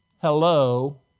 hello